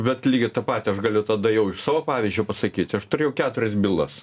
bet lygiai tą patį aš galiu tada jau iš savo pavyzdžio pasakyti aš turėjau keturias bylas